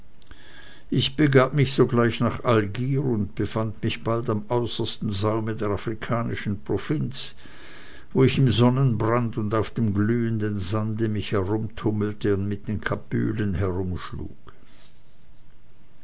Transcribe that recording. ich begab mich sogleich nach algier und befand mich bald am äußersten saume der afrikanischen provinz wo ich im sonnenbrand und auf dem glühenden sande mich herumtummelte und mit den kabylen